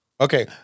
Okay